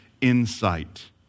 insight